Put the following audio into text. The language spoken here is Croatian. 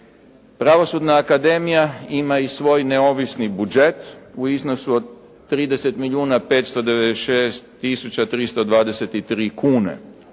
Pravosudna akademija ima i svoj neovisni budžet u iznosu od 30 milijuna